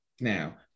Now